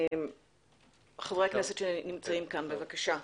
חבר הכנסת מיקי זוהר, בבקשה.